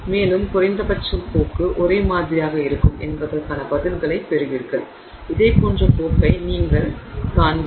மேலும் குறைந்த பட்சம் போக்கு ஒரே மாதிரியாக இருக்கும் என்பதற்கான பதில்களைப் பெறுவீர்கள் இதேபோன்ற போக்கை நீங்கள் காண்பீர்கள்